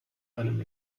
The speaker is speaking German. einem